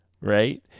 right